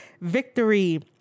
victory